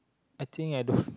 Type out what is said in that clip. I think I don't